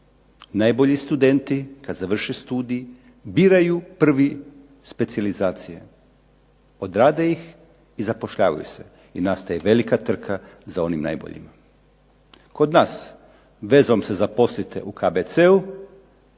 Najbolji studenti kada završe studij biraju prvi specijalizacije, odrade ih i zapošljavaju se i nastaje velika trka za onim najboljim. Kod nas vezom se zaposlite u KBC-u,